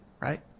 right